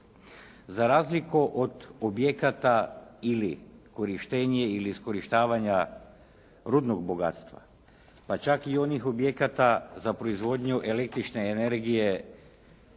Za razliku od objekata ili korištenje ili iskorištavanja rudnog bogatstva pa čak i onih objekata za proizvodnju električne energije